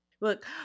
Look